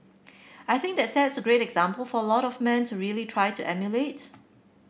I think that sets a great example for lot of men to really try to emulate